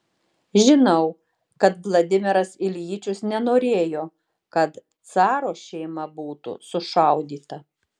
žinau kad vladimiras iljičius nenorėjo kad caro šeima būtų sušaudyta